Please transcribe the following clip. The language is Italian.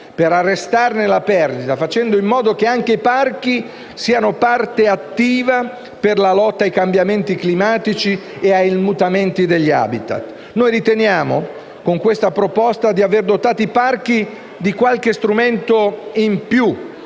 per arrestarne la perdita, facendo in modo che anche i parchi siano parte attiva per la lotta ai cambiamenti climatici e al mutamento degli habitat. Con questa proposta noi riteniamo di aver dotato i parchi di qualche strumento in più